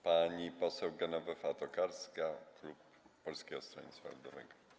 Pani poseł Genowefa Tokarska, klub Polskiego Stronnictwa Ludowego.